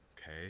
okay